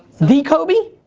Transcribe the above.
the kobi?